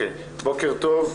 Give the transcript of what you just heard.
בוקר טוב.